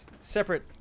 Separate